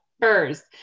first